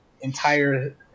entire